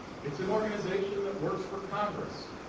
it's an organization that works for congress.